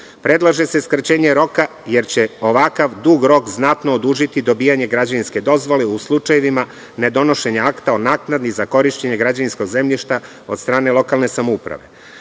Predlaže se skraćenje roka jer će ovakav dug rok znatno odužiti dobijanje građevinske dozvole u slučajevima nedonošenja akta o naknadi za korišćenje građevinskog zemljišta od strane lokalne samouprave. Zakonodavac